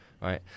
right